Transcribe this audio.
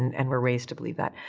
and we're raised to believe that.